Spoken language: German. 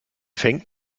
fängt